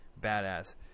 badass